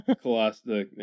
Colossus